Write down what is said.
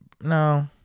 no